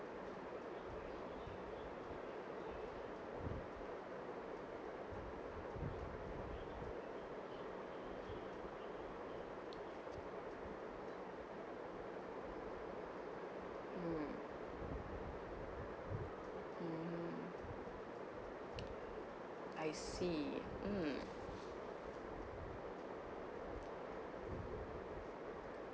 um mmhmm I see um